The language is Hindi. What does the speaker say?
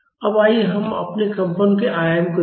अब आइए हम अपने कंपन के आयाम को देखें